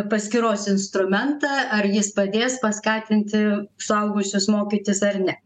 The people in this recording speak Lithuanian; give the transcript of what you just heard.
paskyros instrumentą ar jis padės paskatinti suaugusius mokytis ar ne